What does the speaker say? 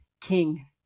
king